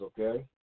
okay